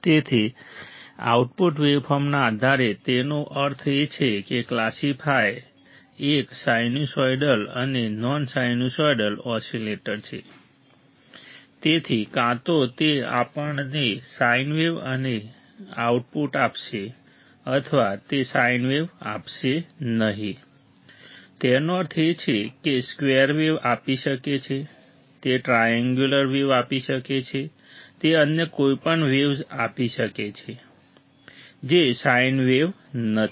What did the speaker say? તેથી આઉટપુટ વેવફોર્મના આધારે તેનો અર્થ એ છે કે ક્લાસિફાય એક સાઇનુસોઇડલ અને નોન સાઇનુસોઇડલ ઓસિલેટર તેથી કાં તો તે આપણને સાઈન વેવ અને આઉટપુટ આપશે અથવા તે સાઈન વેવ આપશે નહીં તેનો અર્થ એ કે તે સ્ક્વેર વેવ આપી શકે છે તે ટ્રાઇએન્ગ્યુલર વેવ આપી શકે છે તે અન્ય કોઈપણ વેવ્ઝ આપી શકે છે જે સાઈન વેવ નથી